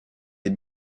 des